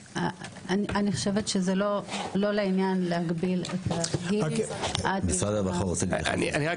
אני חושבת שזה לא לעניין להגביל את הגיל עד גיל 18. אני רק